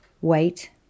wait